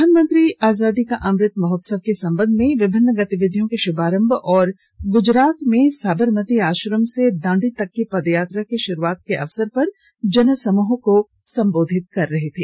प्रधानमंत्री आजादी का अमृत महोत्सव के संबंध में विभिन्न गतिविधियों के शुभारंभ और गुजरात में साबरमती आश्रम से दांडी तक की पदयात्रा के शुरूआत के अवसर पर जन समूह को संबोधित कर रहे थे